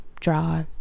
draw